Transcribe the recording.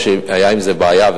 היתה בעיה עם זה,